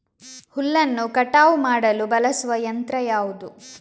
ಹುಲ್ಲನ್ನು ಕಟಾವು ಮಾಡಲು ಬಳಸುವ ಯಂತ್ರ ಯಾವುದು?